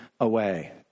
away